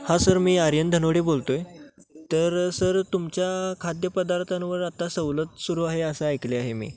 हां सर मी आर्यन धनावडे बोलतो आहे तर सर तुमच्या खाद्यपदार्थांवर आता सवलत सुरू आहे असं ऐकले आहे मी